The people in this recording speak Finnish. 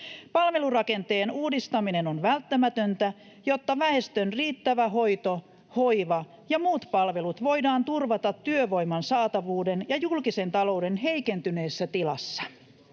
Palvelurakenteen uudistaminen on välttämätöntä, jotta väestön riittävä hoito, hoiva ja muut palvelut voidaan turvata työvoiman saatavuuden ja julkisen talouden heikentyneessä tilassa.